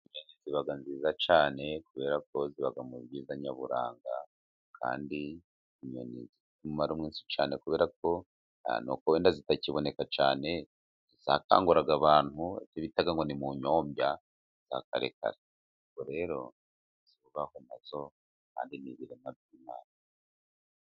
Cyane kubera ko ziba mu bwiza nyaburanga kandi zimara umunsi cyane kubera ko wenda zitakiboneka cyane zakanguraga abantu bitaga ngo ni mu nyombya zakarekare rero zibaho amazo